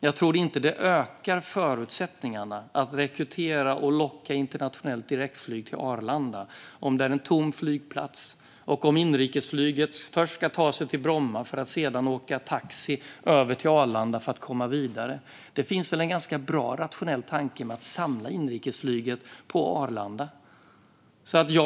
Jag tror inte att det ökar förutsättningarna att rekrytera och locka internationellt direktflyg till Arlanda om det är en tom flygplats och om man med inrikesflyget först ska ta sig till Bromma för att sedan åka taxi över till Arlanda för att komma vidare. Det finns en ganska bra rationell tanke med att samla inrikesflyget på Arlanda.